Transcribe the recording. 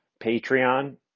Patreon